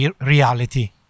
reality